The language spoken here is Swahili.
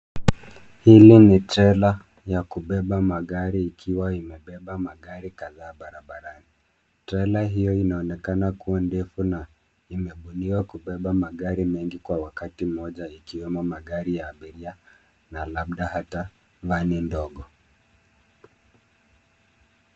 Hili ni trela ya kubeba magari ikiwa imebeba magari kadhaa barabarani. Trela hiyo inaonekana kuwa ndefu na imebuniwa kubeba magari mengi kwa wakati mmoja ikiwemo magari ya abiria na labda hata vani ndogo.